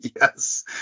Yes